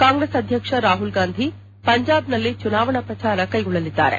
ಕಾಂಗ್ರೆಸ್ ಅಧ್ಯಕ್ಷ ರಾಹುಲ್ಗಾಂಧಿ ಪಂಜಾಬ್ನಲ್ಲಿ ಚುನಾವಣಾ ಪ್ರಚಾರ ಕೈಗೊಳ್ಳಲಿದ್ದಾರೆ